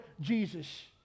Jesus